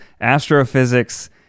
astrophysics